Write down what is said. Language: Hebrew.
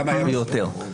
כמה בסוף הוא היה?